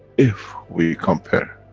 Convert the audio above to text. if we compare